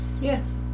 Yes